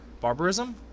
barbarism